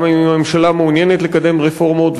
גם אם הממשלה מעוניינת לקדם רפורמות,